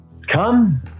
come